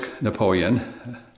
Napoleon